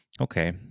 okay